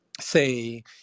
say